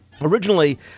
Originally